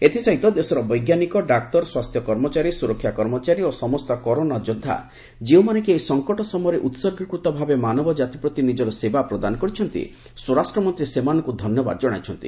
ଏଥିସହିତ ଦେଶର ବୈଜ୍ଞାନିକ ଡାକ୍ତର ସ୍ୱାସ୍ଥ୍ୟ କର୍ମଚାରୀ ସୁରକ୍ଷା କର୍ମଚାରୀ ଓ ସମସ୍ତ କରୋନା ଯୋଦ୍ଧା ଯେଉଁମାନେ କି ଏହି ସଙ୍କଟ ସମୟରେ ଉତ୍ଗୀକୃତ ଭାବେ ମାନବ ଜାତିପ୍ରତି ନିଜର ସେବା ପ୍ରଦାନ କରିଛନ୍ତି ସ୍ୱରାଷ୍ଟ୍ର ମନ୍ତ୍ରୀ ସେମାନଙ୍କୁ ଧନ୍ୟବାଦ ଜଣାଇଛନ୍ତି